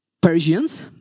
Persians